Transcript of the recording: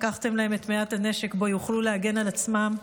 לקחתם להם את מעט הנשק שבו יוכלו להגן על עצמם,